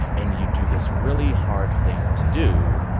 and you do this really hard thing to do.